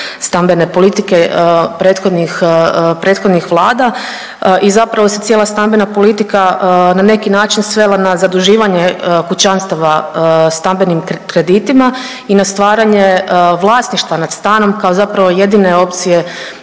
stambene politike prethodnih, prethodnih Vlada i zapravo se cijela stambena politika na neki način svela na zaduživanje kućanstava stambenim kreditima i na stvaranje vlasništva nad stanom kao zapravo jedine opcije